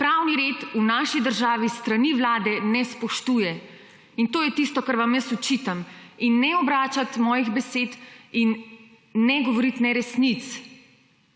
pravni red v naši državi s strani vlade ne spoštuje. In to je tisto, kar vam jaz očitam. In ne obračati mojih besed in ne govoriti neresnic.